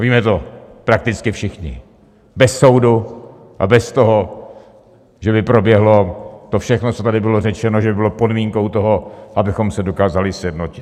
Víme to prakticky všichni, bez soudu a bez toho, že by proběhlo to všechno, co tady bylo řečeno, že by bylo podmínkou toho, abychom se dokázali sjednotit.